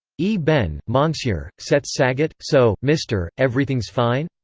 e ben, monsur, setz saget? so, mister, everything's fine?